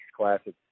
Classic